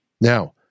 Now